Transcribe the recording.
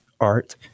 Art